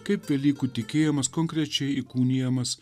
kaip velykų tikėjimas konkrečiai įkūnijamas